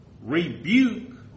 rebuke